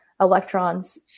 electrons